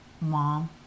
Mom